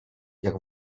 jak